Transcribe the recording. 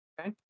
Okay